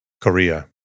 Korea